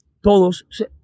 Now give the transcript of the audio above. todos